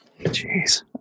Jeez